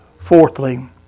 fourthly